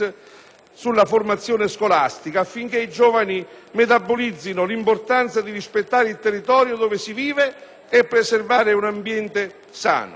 sulla formazione scolastica, affinché i giovani metabolizzino l'importanza di rispettare il territorio dove si vive e di preservare un ambiente sano.